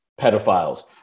pedophiles